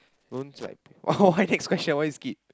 those like oh my next question why you skip